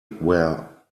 where